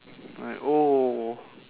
like oh